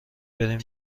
بریم